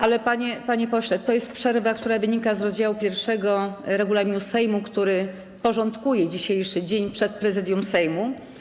Ale panie pośle, to jest przerwa, która wynika z rozdziału 1 regulaminu Sejmu, który porządkuje dzisiejszy dzień przed Prezydium Sejmu.